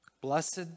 Blessed